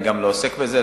אני גם לא עוסק בזה,